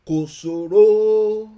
Kosoro